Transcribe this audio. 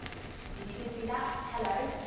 did you just see that? hello,